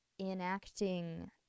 enacting